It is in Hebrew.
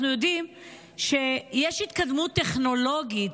אנחנו יודעים שיש התקדמות טכנולוגית,